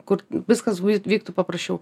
kur viskas vyktų paprasčiau